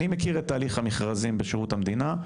אני מכיר את הליך המכרזים בשירות המדינה.